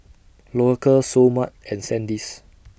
Loacker Seoul Mart and Sandisk